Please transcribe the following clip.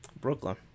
Brooklyn